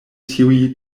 tiuj